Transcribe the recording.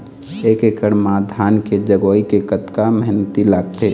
एक एकड़ म धान के जगोए के कतका मेहनती लगथे?